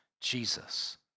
Jesus